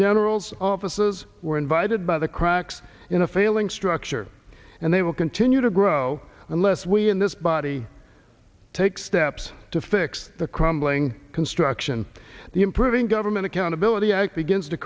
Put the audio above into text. general's offices were invited by the cracks in a failing structure and they will continue to grow unless we in this body take steps to fix the crumbling construction the improving government accountability act begins t